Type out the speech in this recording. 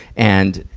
and,